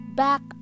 back